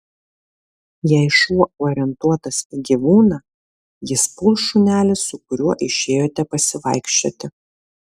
jei šuo orientuotas į gyvūną jis puls šunelį su kuriuo išėjote pasivaikščioti